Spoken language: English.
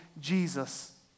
Jesus